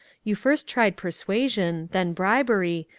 you first tried persuasion, then bribery,